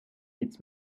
its